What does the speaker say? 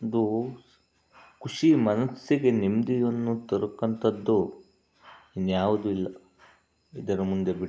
ಒಂದು ಖುಷಿ ಮನಸಿಗೆ ನೆಮ್ಮದಿಯನ್ನು ದೊರಕೋಂಥದ್ದು ಇನ್ಯಾವುದೂ ಇಲ್ಲ ಇದರ ಮುಂದೆ ಬಿಟ್ಟು